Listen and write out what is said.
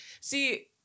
see